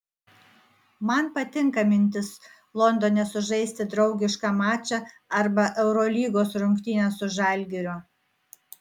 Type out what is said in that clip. man patinka mintis londone sužaisti draugišką mačą arba eurolygos rungtynes su žalgiriu